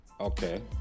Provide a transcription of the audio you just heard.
Okay